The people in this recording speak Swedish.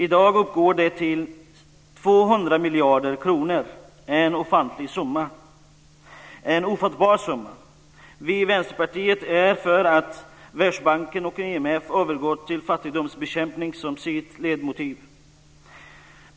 I dag uppgår det till 200 miljarder kronor - en ofantlig och ofattbar summa. Vi i Vänsterpartiet är för att Världsbanken och IMF övergått till fattigdomsbekämpning som sitt ledmotiv.